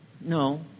No